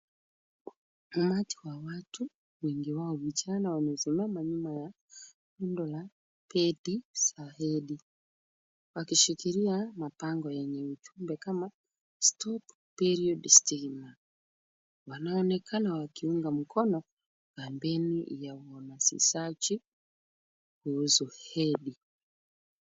Umati wa watu wengi wao vijana wamesimama nyuma ya rundo la pedi za hedhi wakishikilia mabango yenye ujumbe kama stop period stigma . Wanaonekana wakiunga mkono kampeni ya uhamasishaji kuhusu hedhi.